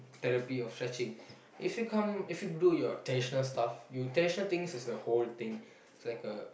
therapy or stretching if you come if you do your traditional stuff you traditional thing is the whole thing